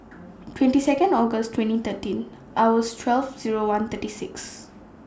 twenty Second August twenty thirteen hours twelve Zero one thirty six